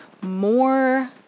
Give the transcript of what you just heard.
more